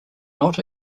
not